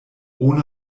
ohne